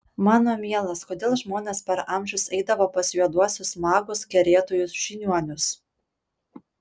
mano mielas kodėl žmonės per amžius eidavo pas juoduosius magus kerėtojus žiniuonius